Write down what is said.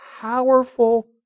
powerful